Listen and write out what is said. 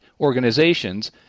organizations